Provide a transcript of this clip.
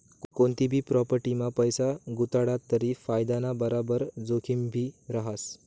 कोनतीभी प्राॅपटीमा पैसा गुताडात तरी फायदाना बराबर जोखिमभी रहास